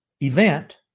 event